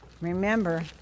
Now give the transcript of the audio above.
Remember